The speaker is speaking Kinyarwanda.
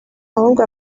ahubwo